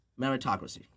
meritocracy